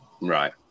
Right